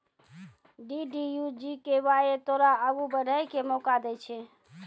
DDU GKY तोरा आगू बढ़ै के मौका दै छै